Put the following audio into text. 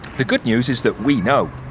the good news is, that we know.